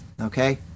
Okay